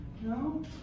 No